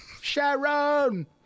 Sharon